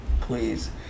please